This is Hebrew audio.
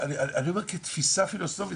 אני אומר כתפיסה פילוסופית,